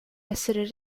essere